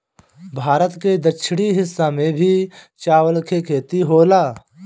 भारत के दक्षिणी हिस्सा में भी चावल के खेती होला